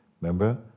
Remember